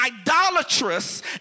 idolatrous